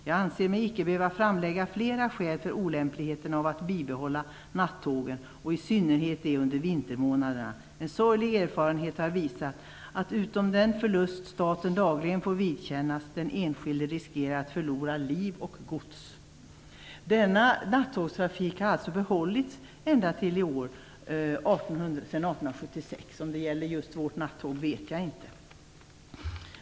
Jag anser mig icke behöfva framlägga flera skäl för olämpligheten af att bibehålla nattågen och i synnerhet de under vintermånaderna; en sorglig erfarenhet har visat att, utom den förlust staten dagligen får vidkännas, den enskilde riskerar att förlora lif och gods." ända till i år. Om det gäller just vårt nattåg vet jag inte.